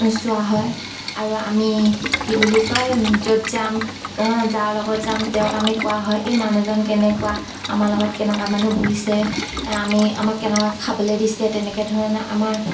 চোৱা হয় আৰু আমি কি বুলি কয় য'ত যাম যাৰ লগত যাম তেওঁক আমি কোৱা হয় এই মানুহজন কেনেকুৱা আমাৰ লগত কেনেকুৱা মানুহ বহিছে আমি আমাক কেনেকুৱা খাবলৈ দিছে তেনেকৈ ধৰণৰ আমাৰ